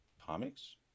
comics